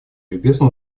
любезно